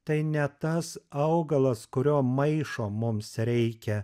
tai ne tas augalas kurio maišo mums reikia